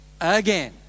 again